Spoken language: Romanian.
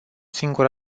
singur